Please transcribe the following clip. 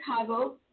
Chicago